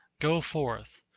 go forth!